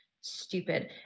stupid